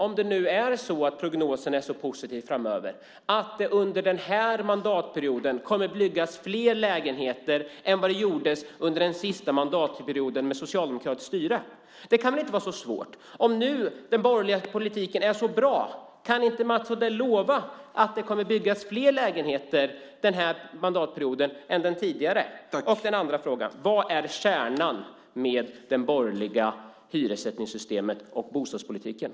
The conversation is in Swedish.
Om det nu är så att prognosen är så positiv framöver, kan då Mats Odell lova att det under den här mandatperioden kommer att byggas fler lägenheter än under den sista mandatperioden med socialdemokratiskt styre? Det kan väl inte vara så svårt? Om nu den borgerliga politiken är så bra, kan inte Mats Odell lova att det kommer att byggas fler lägenheter under den här mandatperioden än under den tidigare? Den andra frågan är: Vilken är kärnan i det borgerliga hyressättningssystemet och den borgerliga bostadspolitiken?